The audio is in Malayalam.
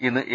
ഇന്ന് എ